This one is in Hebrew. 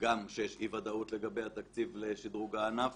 גם כאשר יש אי ודאות לגבי התקציב לשדרוג הענף